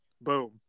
boom